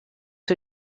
who